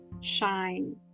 shine